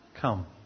Come